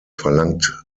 verlangt